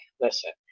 listen